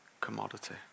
commodity